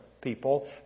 people